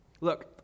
Look